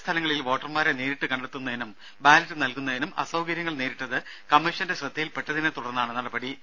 ചില സ്ഥലങ്ങളിൽ വോട്ടർമാരെ നേരിട്ട് കണ്ടെത്തുന്നതിനും ബാലറ്റ് നൽകുന്നതിനും അസൌകര്യങ്ങൾ നേരിട്ടത് കമ്മീഷന്റെ ശ്രദ്ധയിൽപ്പെട്ടതിനെ തുടർന്നാണ് നടപടി